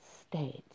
states